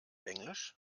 englisch